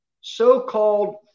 so-called